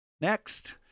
Next